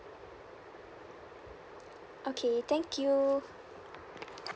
okay thank you